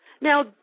Now